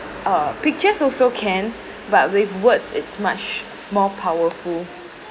uh pictures also can but with words it's much more powerful